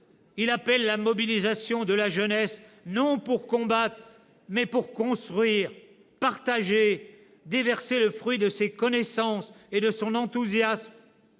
Il appelle la mobilisation de la jeunesse, non pour combattre, mais pour construire, partager, déverser le fruit de ses connaissances et de son enthousiasme.